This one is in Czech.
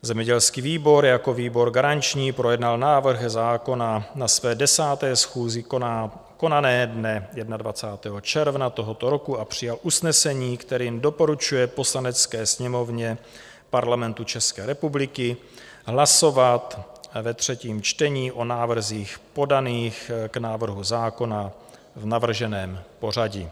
Zemědělský výbor jako výbor garanční projednal návrh zákona na své 10. schůzi konané dne 21. června tohoto roku a přijal usnesení, kterým doporučuje Poslanecké sněmovně Parlamentu České republiky hlasovat ve třetím čtení o návrzích podaných k návrhu zákona v navrženém pořadí.